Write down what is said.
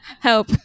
Help